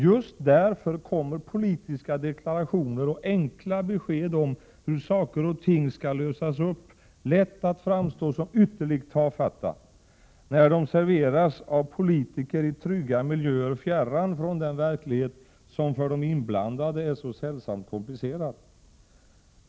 Just därför kommer politiska deklarationer och enkla besked om hur saker och ting skall lösas upp lätt att framstå som ytterligt tafatta, när de serveras av politiker i trygga miljöer fjärran från den verklighet som för de inblandade är så sällsamt komplicerad.